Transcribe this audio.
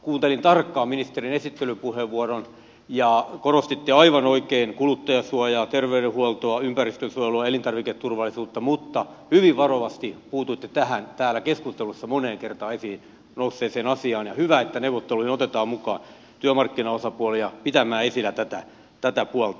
kuuntelin tarkkaan ministerin esittelypuheenvuoron ja korostitte aivan oikein kuluttajansuojaa terveydenhuoltoa ympäristönsuojelua elintarviketurvallisuutta mutta hyvin varovasti puutuitte tähän täällä keskusteluissa moneen kertaan esiin nousseeseen asiaan ja hyvä että neuvotteluihin otetaan mukaan työmarkkinaosapuolia pitämään esillä tätä puolta